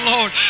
Lord